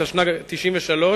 התשנ"ג 1993,